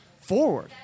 forward